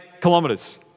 kilometers